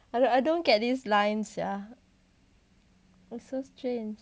I don't I don't get these lines sia but so strange